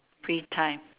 free time